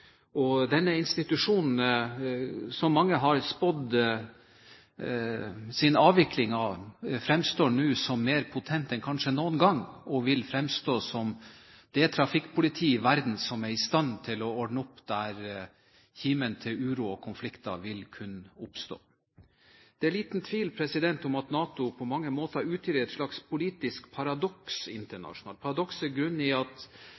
fremstår nå som mer potent enn kanskje noen gang, og vil fremstå som det trafikkpoliti i verden som er i stand til å ordne opp der kimen til uro og konflikter vil kunne oppstå. Det er liten tvil om at NATO på mange måter utgjør et slags politisk paradoks internasjonalt. Paradokset har sin grunn i at